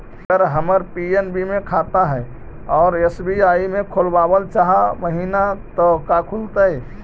अगर हमर पी.एन.बी मे खाता है और एस.बी.आई में खोलाबल चाह महिना त का खुलतै?